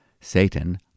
satan